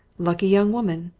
lucky young woman!